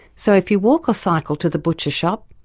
so if you walk or cycle to the butcher shop,